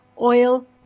oil